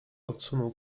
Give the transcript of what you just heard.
odsunął